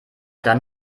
dann